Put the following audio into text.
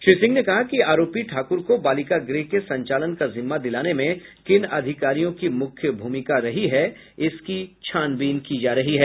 श्री सिंह ने कहा कि आरोपी ठाकुर को बालिका गृह के संचालन का जिम्मा दिलाने में किन अधिकारियों की मुख्य भूमिका रही है इसकी छानबीन की जा रही है